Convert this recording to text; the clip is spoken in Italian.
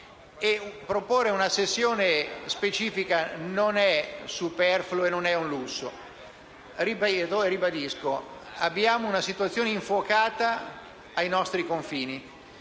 Proporre una sessione specifica non è superfluo e non è un lusso. Abbiamo una situazione infuocata ai nostri confini.